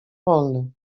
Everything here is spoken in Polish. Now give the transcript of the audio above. wolny